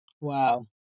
Wow